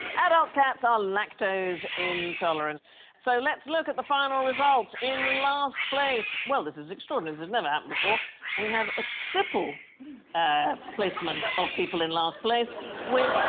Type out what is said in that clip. adult cats are lactose intolerant so let's look at the final results in last place. well, this is extraordinary. this has never happened before we have a triple ah placement of people in last place with